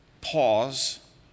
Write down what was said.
pause